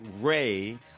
Ray